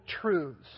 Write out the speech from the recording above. truths